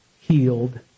healed